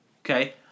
okay